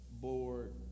board